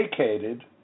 vacated